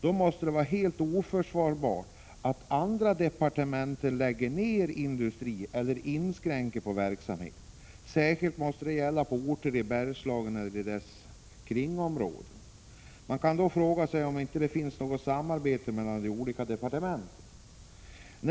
Då måste det vara helt oförsvarbart att andra departement lägger ned industrier eller inskränker på verksamheten. Särskilt gäller detta företag i orter i Bergslagen och dess kringområden. Man måste fråga sig om det inte finns något samarbete mellan de olika departementen.